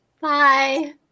Bye